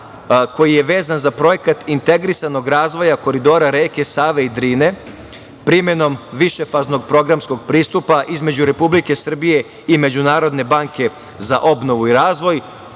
koji je vezan za Projekat integrisanog razvoja koridora reke Save i Drine, primenom višefaznog programskog pristupa između Republike Srbije i Međunarodne banke za obnovu i razvoj. Ovo